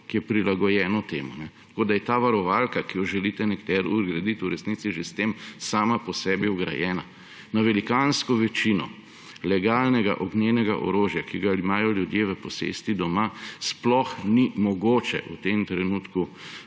ki je prilagojeno temu. Tako da je ta varovalka, ki jo želite nekateri vgraditi, v resnici že s tem sama po sebi vgrajena. Na velikansko večino legalnega ognjenega orožja, ki ga imajo ljudje v posesti doma, sploh ni mogoče v tem trenutku